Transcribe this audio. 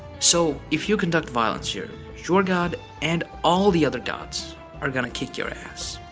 so if you conduct violence here your god and all the other gods are gonna kick your ass.